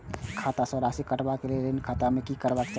खाता स राशि कटवा कै लेल ऋण खाता में की करवा चाही?